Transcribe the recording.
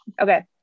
Okay